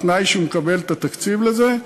בתנאי שהוא מקבל את התקציב לזה,